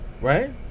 right